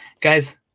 guys